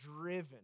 driven